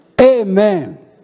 Amen